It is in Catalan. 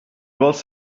vols